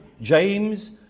James